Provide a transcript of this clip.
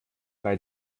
bei